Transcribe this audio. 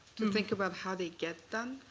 to think about how they get done?